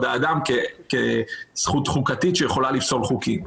האדם כזכות חוקתית שיכולה לפסול חוקים.